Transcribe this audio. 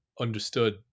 understood